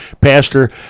Pastor